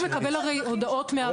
הלקוח מקבל הרי הודעות מהבנק.